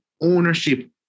ownership